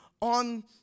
on